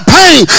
pain